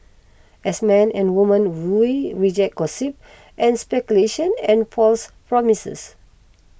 as men and women we reject gossip and speculation and false promises